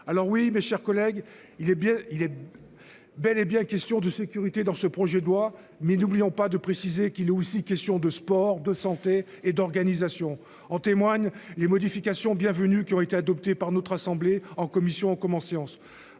alors oui mes chers collègues. Il est bien il est. Bel et bien question de sécurité dans ce projet de loi mais n'oublions pas de préciser qu'il est aussi question de sport de santé et d'organisation. En témoignent les modifications bienvenues qui ont été adoptée par notre assemblée en commission séance